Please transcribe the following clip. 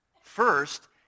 First